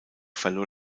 verlor